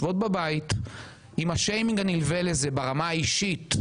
בבית עם השיימינג הנלווה לזה ברמה האישית,